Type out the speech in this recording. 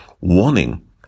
warning